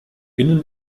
innen